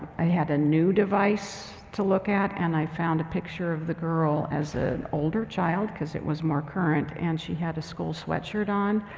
i had a new device to look at, and i found a picture of the girl as an older child, cause it was more current. and she had a school sweat shirt on.